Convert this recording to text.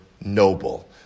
noble